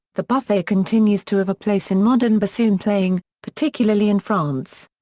the buffet continues to have a place in modern bassoon playing, particularly in france.